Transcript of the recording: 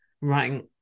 writing